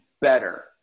better